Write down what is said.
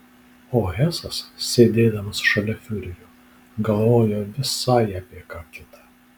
o hesas sėdėdamas šalia fiurerio galvojo visai apie ką kitą